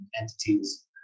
entities